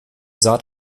saat